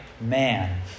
man